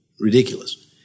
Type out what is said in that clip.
ridiculous